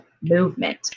movement